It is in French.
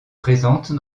présente